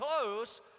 close